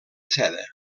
seda